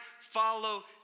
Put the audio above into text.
follow